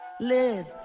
Live